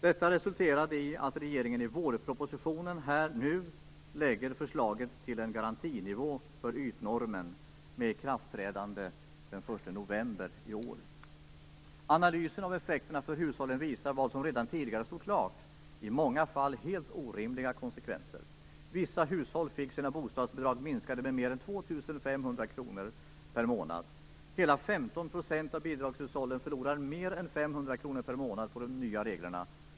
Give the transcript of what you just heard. Detta resulterade i att regeringen i vårpropositionen här och nu lägger fram förslaget till en garantinivå för ytnormen, med ikraftträdande den 1 november i år. Analysen av effekterna för hushållen visade vad som redan tidigare stod klart - i många fall helt orimliga konsekvenser. Vissa hushåll fick sina bostadsbidrag minskade med mer än 2 500 kr per månad. Hela 15 % av bidragshushållen förlorar mer än 500 kr per månad på de nya reglerna.